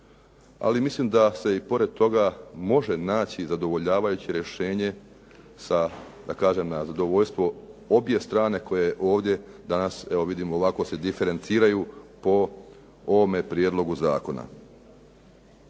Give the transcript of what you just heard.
ali mislim da se i pored toga može naći zadovoljavajuće rješenje sa, da kažem, na zadovoljstvo obje strane koje ovdje danas evo vidim ovako se diferenciraju po ovome prijedlogu zakona.